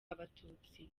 abatutsi